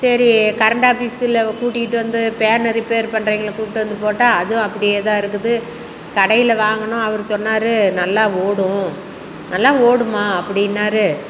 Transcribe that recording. சரி கரண்ட்டு ஆஃபீஸில் கூட்டிக்கிட்டு வந்து ஃபேனை ரிப்பேர் பண்றவைங்களை கூப்பிட்டு வந்து போட்டால் அதுவும் அப்படியே தான் இருக்குது கடையில் வாங்கினோம் அவர் சொன்னார் நல்லா ஓடும் நல்லா ஓடும்மா அப்படின்னாரு